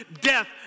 death